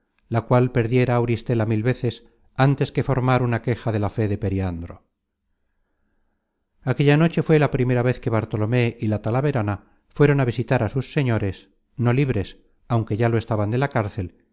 la cual perdiera auristela mil veces antes que formar una queja de la fe de periandro aquella noche fué la primera vez que bartolomé y la talaverana fueron á visitar á sus señores no libres aunque ya lo estaban de la cárcel